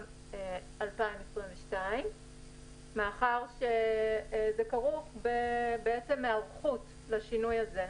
2022 מאחר שזה כרוך בהיערכות לשינוי הזה.